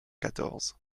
quatorze